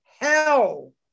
hell